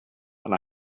and